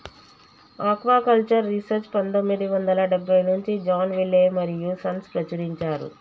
aquaculture research పందొమ్మిది వందల డెబ్బై నుంచి జాన్ విలే మరియూ సన్స్ ప్రచురించారు